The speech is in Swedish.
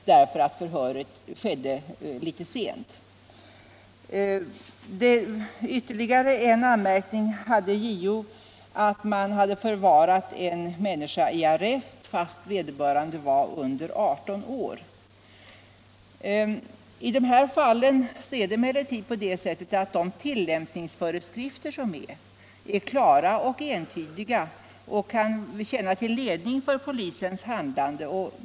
Yuerligare en anmärkning har framförts av JO, nämligen att man förvarat en människa i arrest trots att vederbörande var under 18 år. I de här fallen är det emellertid på det säuet att de tillämpningsföreskrifter som finns är klara och entydiga och kan tjäna till ledning för polisens handlande.